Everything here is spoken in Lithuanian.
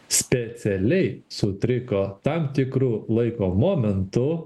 specialiai sutriko tam tikru laiko momentu